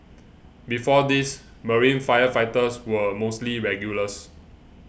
before this marine firefighters were mostly regulars